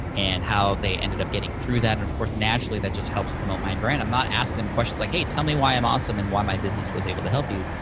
and how they ended up getting through them. and of course, naturally, that just helps promote my brand. i'm not asking them questions like, hey, tell me why i'm awesome and why my business was able to help you.